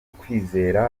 ukwizera